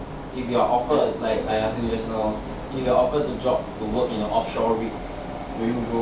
if you are offered a like I ask you just now if you are offered a job to go to the offshore rink will you go